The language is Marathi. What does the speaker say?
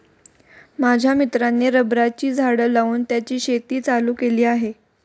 माझ्या मित्राने रबराची झाडं लावून त्याची शेती चालू केली आहे